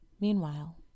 Meanwhile